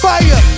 Fire